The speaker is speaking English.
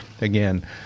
Again